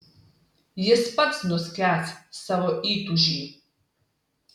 jis pats nuskęs savo įtūžy